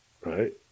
Right